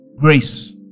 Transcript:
Grace